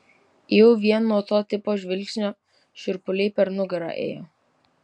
jau vien nuo to tipo žvilgsnio šiurpuliai per nugarą ėjo